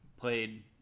played